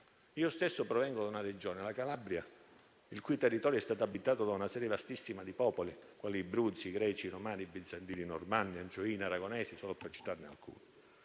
Io stesso provengo da una Regione, la Calabria, il cui territorio è stato abitato da una serie vastissima di popoli, quali bruzi, greci, romani, bizantini, normanni, angioini e aragonesi, solo per citarne alcuni.